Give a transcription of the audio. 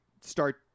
start